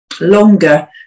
longer